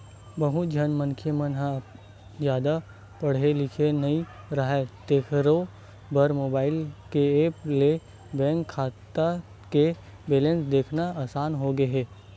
बहुत झन मनखे मन ह जादा पड़हे लिखे नइ राहय तेखरो बर मोबईल के ऐप ले बेंक खाता के बेलेंस देखना असान होगे हे